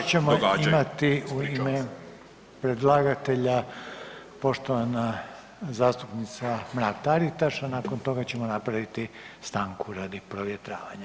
Još ćemo imati predlagatelja, poštovana zastupnica Mrak-Taritaš, a nakon toga ćemo napraviti stanku radi provjetravanja.